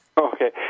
Okay